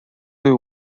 对于